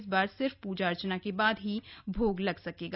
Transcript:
इस बार सिर्फ पूजा अर्चना के बाद भोग लग सकेगा